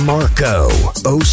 Marco